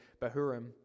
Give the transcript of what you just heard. Behurim